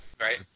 Right